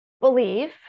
believe